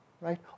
right